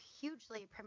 hugely